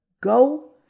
Go